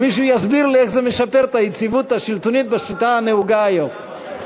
שמישהו יסביר לי איך זה משפר את היציבות השלטונית בשיטה הנהוגה היום.